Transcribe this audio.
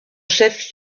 chef